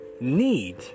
need